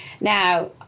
now